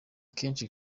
kenshi